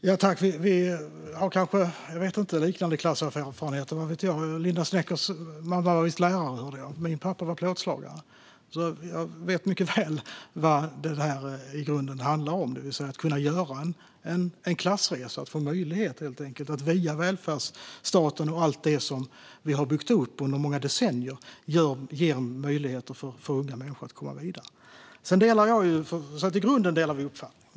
Fru talman! Vi har kanske liknande klasserfarenheter, vad vet jag. Linda Westerlund Sneckers mamma var visst lärare, hörde jag. Min pappa var plåtslagare. Jag vet alltså mycket väl vad det här i grunden handlar om, det vill säga att kunna göra en klassresa. Det handlar helt enkelt om att få möjlighet att via välfärdsstaten och allt det som vi har byggt upp under många decennier göra en klassresa. Det ger möjligheter för unga människor att komma vidare. I grunden delar vi uppfattning.